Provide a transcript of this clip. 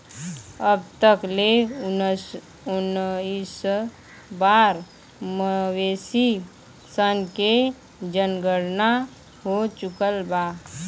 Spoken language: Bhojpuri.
अब तक ले उनऽइस बार मवेशी सन के जनगणना हो चुकल बा